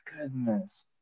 goodness